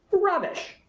rubbish!